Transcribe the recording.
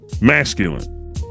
masculine